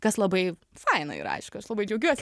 kas labai faina yra aišku aš labai džiaugiuosi